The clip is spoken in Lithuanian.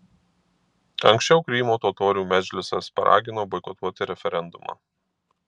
anksčiau krymo totorių medžlisas paragino boikotuoti referendumą